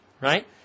right